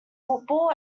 football